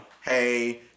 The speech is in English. hey